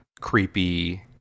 creepy